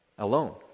Alone